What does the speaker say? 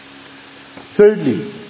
Thirdly